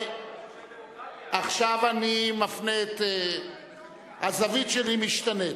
אני מפנה, הזווית שלי משתנה.